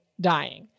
dying